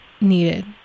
needed